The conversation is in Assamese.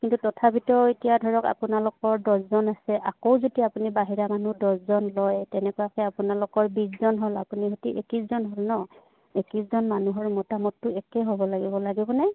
কিন্তু তথাপিতো এতিয়া ধৰক আপোনালোকৰ দহজন আছে আকৌ যদি আপুনি বাহিৰা মানুহ দহজন লয় তেনেকুৱাকে আপোনালোকৰ বিছজন হ'ল আপুনি সৈতি একিছজন হ'ল ন একিছজন মানুহৰ মোটামুটিটো একে হ'ব লাগিব লাগিব নে